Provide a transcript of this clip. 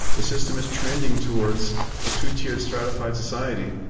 the system is trending towards a two-tiered stratifi ed society,